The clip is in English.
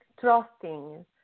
trusting